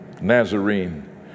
nazarene